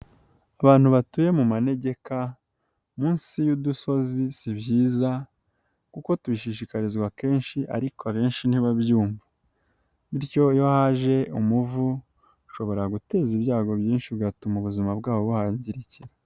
Abantu batuye mu manegeka munsi y'udusozi si byiza kuko tubishishikarizwa kenshi ariko abenshi ntibabyumva bityo iyo haje umuvu ushobora guteza ibyago byinshi ugatuma ubuzima bwabo buhagirikira.